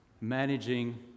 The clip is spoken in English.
managing